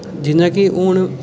जि'यां कि हून